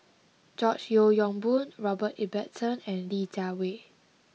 George Yeo Yong Boon Robert Ibbetson and Li Jiawei